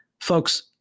Folks